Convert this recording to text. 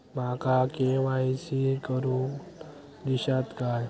माका के.वाय.सी करून दिश्यात काय?